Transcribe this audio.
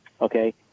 okay